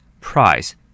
Price